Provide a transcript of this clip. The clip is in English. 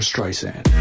Streisand